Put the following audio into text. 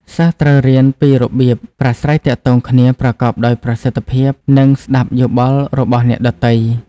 សិស្សត្រូវរៀនពីរបៀបប្រាស្រ័យទាក់ទងគ្នាប្រកបដោយប្រសិទ្ធភាពនិងស្តាប់យោបល់របស់អ្នកដទៃ។